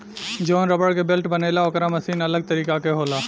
जवन रबड़ के बेल्ट बनेला ओकर मशीन अलग तरीका के होला